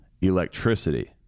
electricity